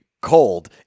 cold